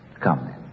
Come